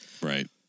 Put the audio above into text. Right